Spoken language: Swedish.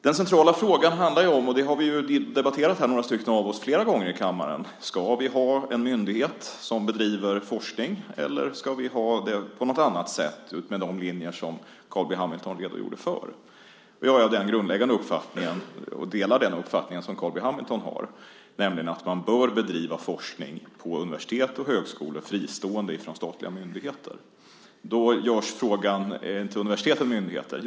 Den centrala frågan handlar om, och det har vi debatterat här några stycken av oss flera gånger i kammaren, huruvida vi ska ha en myndighet som bedriver forskning, eller om vi ska ha det på något annat sätt utmed de linjer som Carl B Hamilton redogjorde för. Jag är av den grundläggande uppfattningen, och delar den uppfattning som Carl B Hamilton har, att man bör bedriva forskning på universitet och högskolor, fristående från statliga myndigheter. Då ställs frågan om inte universitet är myndigheter.